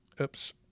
oops